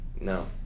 no